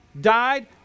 died